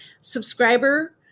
subscriber